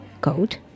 code